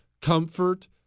comfort